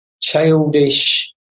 childish